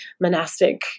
monastic